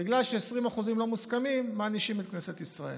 בגלל ש-20% אחוזים לא מוסכמים מענישים את כנסת ישראל.